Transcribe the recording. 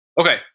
Okay